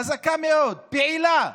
חזקה מאוד, פעילה,